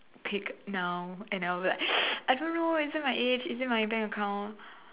pick now and I will be like I don't know isn't my age isn't my bank account